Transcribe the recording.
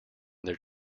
their